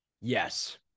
Yes